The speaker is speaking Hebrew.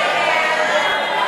6 לסעיף 2 לא התקבלה.